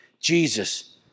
Jesus